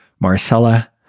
Marcella